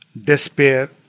despair